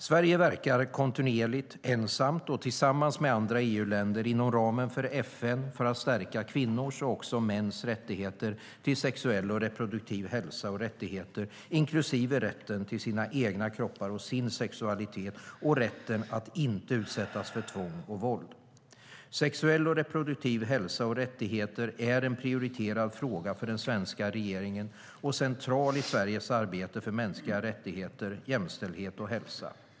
Sverige verkar kontinuerligt, ensamt och tillsammans med andra EU-länder, inom ramen för FN för att stärka kvinnors och också mäns rätt till sexuell och reproduktiv hälsa och rättigheter, inklusive rätten till sina egna kroppar och sin sexualitet, och rätten att inte utsättas för tvång och våld. Sexuell och reproduktiv hälsa och rättigheter är en prioriterad fråga för den svenska regeringen och central i Sveriges arbete för mänskliga rättigheter, jämställdhet och hälsa.